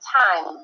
time